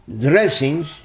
dressings